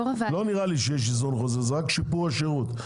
לא נראה לי שיש איזון חוזר, זה רק שיפור השירות.